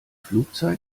flugzeit